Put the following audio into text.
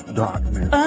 darkness